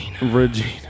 Regina